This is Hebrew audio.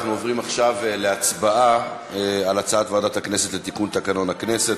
אנחנו עוברים עכשיו להצבעה על הצעת ועדת הכנסת לתיקון תקנון הכנסת,